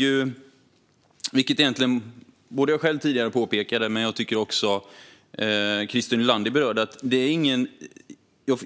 Jag har själv tidigare påpekat - och Christer Nylander har berört detta - att